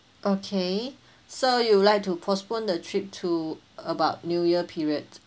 okay so you would like to postpone the trip to about new year period